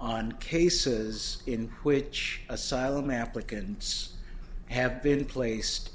on cases in which asylum applicants have been placed